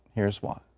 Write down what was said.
here's why.